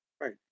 Right